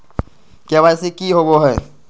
KYC की होबो है?